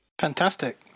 Fantastic